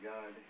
God